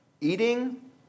eating